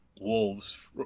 wolves